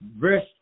verse